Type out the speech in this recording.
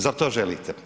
Zar to želite?